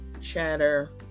chatter